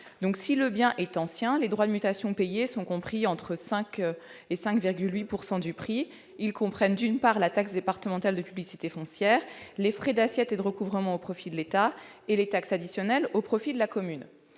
Si le bien est ancien, les droits de mutation payés sont compris entre 5 % et 5,8 % du prix de vente. Ils comprennent la taxe départementale de publicité foncière, les frais d'assiette et de recouvrement au profit de l'État et la taxe additionnelle au profit de la commune.